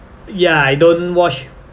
ya I don't watch